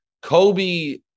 Kobe